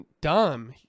dumb